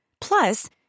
Plus